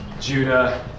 Judah